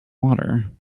water